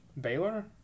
Baylor